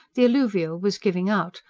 the alluvial was giving out,